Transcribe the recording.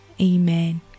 Amen